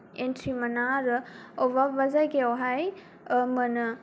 entry मोना आरो अबेबा अबेबा जायगायावहाय मोनो